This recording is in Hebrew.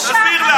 תזכיר לה.